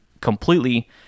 completely